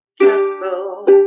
castle